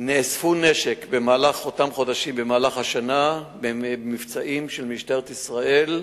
במהלך השנה נאסף נשק במבצעים של משטרת ישראל: